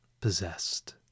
possessed